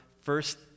first